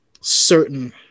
certain